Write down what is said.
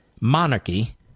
monarchy